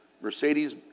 Mercedes